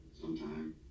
Sometime